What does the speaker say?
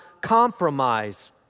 compromise